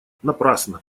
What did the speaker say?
напрасно